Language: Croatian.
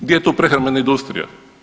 Gdje je tu prehrambena industrija?